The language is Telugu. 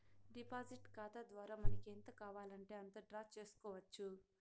డిపాజిట్ ఖాతా ద్వారా మనకి ఎంత కావాలంటే అంత డ్రా చేసుకోవచ్చు